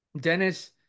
Dennis